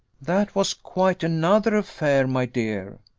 that was quite another affair, my dear.